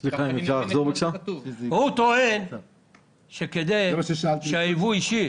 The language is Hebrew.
הוא טוען שכדי שהייבוא האישי